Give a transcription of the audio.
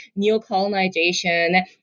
neocolonization